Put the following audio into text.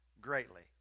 greatly